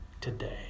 today